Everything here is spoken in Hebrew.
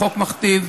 החוק מכתיב,